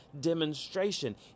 demonstration